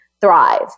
thrive